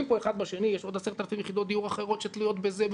פה אחד בשני יש עוד 10,000 יחידות דיור אחרות שתלויות בזה,